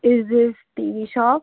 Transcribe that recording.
is this TV shop